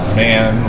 man